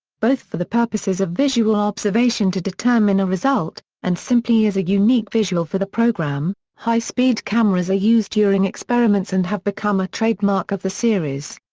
both for the purposes of visual observation to determine a result, and simply as a unique visual for the program, high speed cameras are used during experiments and have become a trademark of the series.